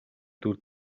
дүр